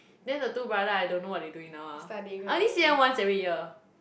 then the two brother I don't know what they doing now ah I only see them once every year